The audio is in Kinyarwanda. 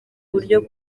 buryo